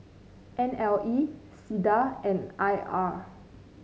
N L E SINDA and I R